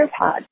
AirPods